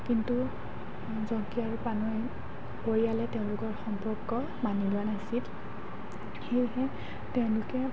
কিন্তু জংকী আৰু পানৈ পৰিয়ালে তেওঁলোকৰ সম্পৰ্ক মানি লোৱা নাছিল সেয়েহে তেওঁলোকে